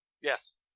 Yes